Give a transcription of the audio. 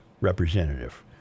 representative